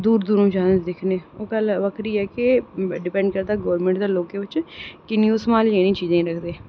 दूर दूर दा जंदे दिक्खने गी ओह् गल्ल बक्खरी ऐ कि ओह् डिपैंड करदा लोकें दी गल्ला बिच कि किन्नी ओह् इ'नेंगी सम्हाली रखदे